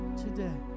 today